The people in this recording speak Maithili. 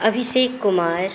अभिषेक कुमार